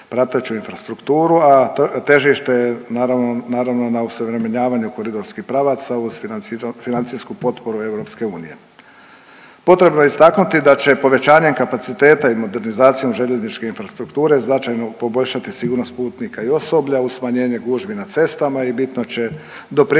a težište je naravno na osuvremenjivanju koridorskih pravaca uz financijsku potporu EU. Potrebno je istaknuti da će povećanjem kapaciteta i modernizacijom željezničke infrastrukture značajno poboljšati sigurnost putnika i osoblja, uz smanjenje gužvi na cestama i bitno će doprinijeti